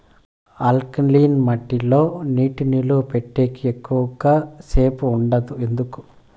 alkaline మట్టి లో నీటి నిలువ పెట్టేకి ఎక్కువగా సేపు ఉండదు ఎందుకు